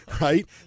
right